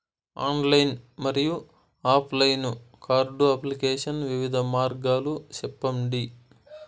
Online మరియు offline card application వివిధ మార్గాలు సెప్పండి?